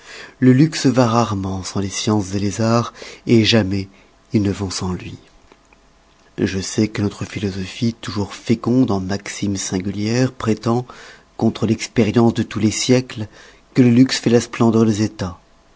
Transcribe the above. le luxe va rarement sans les sciences les arts jamais ils ne vont sans lui je sais que notre philosophie toujours féconde en maximes singulières prétend contre l'expérience de tous les siècles que le luxe